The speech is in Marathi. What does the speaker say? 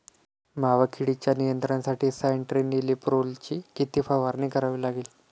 मावा किडीच्या नियंत्रणासाठी स्यान्ट्रेनिलीप्रोलची किती फवारणी करावी लागेल?